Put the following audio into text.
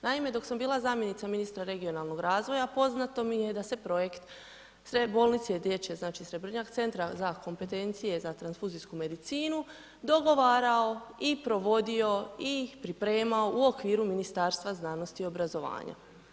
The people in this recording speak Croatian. Naime, dok sam bila zamjenica ministra regionalnog razvoja poznato mi je da se projekt Dječje bolnice Srebrnjak, Centra za kompetencije za transfuzijsku medicinu dogovarao i provodio i pripremao u okviru Ministarstva znanosti i obrazovanja.